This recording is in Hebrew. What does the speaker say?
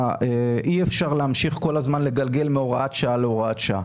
אי אפשר להמשיך כל הזמן לגלגל מהוראת שעה להוראת שעה,